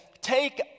take